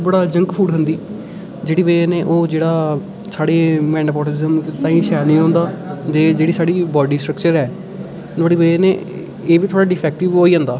बड़ा junk food खंदी जेह्दी वजह् कन्नै ओह् जेह्ड़ा साढे मैटाबॉलिज़म ताईं शैल निं होंदा ते जेह्ड़ी साढ़ी बाड्डी सट्रक्चर ऐ नुआढ़ी वजह् कन्नै एह् बी थोह्ड़ा डिफैक्टिव होई जंदा